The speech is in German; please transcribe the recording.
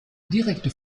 direkte